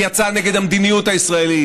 היא יצאה נגד המדיניות הישראלית,